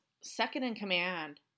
second-in-command